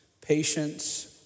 patience